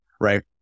Right